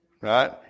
right